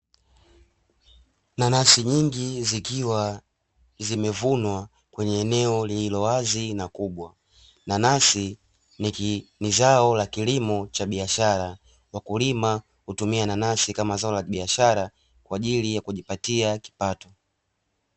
Nanasi nyingi zikiwa zimevunwa kwenye eneo lililowazi na kubwa, nanasi ni zao la kilimo cha biashara, wakulima hutumia nanasi kama zao la kibiashara kwa ajili ya kujipatia kipato.